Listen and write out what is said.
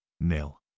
nil